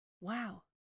Wow